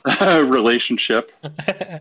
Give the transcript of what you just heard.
relationship